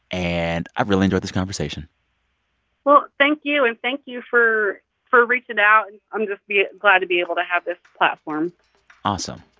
and i really enjoyed this conversation well, thank you. and thank you for for reaching out. i'm just ah glad to be able to have this platform awesome.